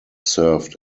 served